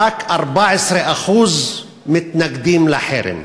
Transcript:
ורק 14% מתנגדים לחרם,